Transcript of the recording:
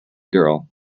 girl